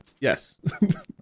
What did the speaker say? Yes